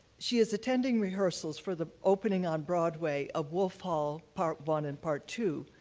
she is attending rehearsals for the opening on broadway of wolf hall part one and part two,